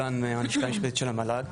בלשכה המשפטית של המל"ג.